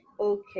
Okay